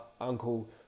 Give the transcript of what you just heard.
uncle